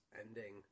ending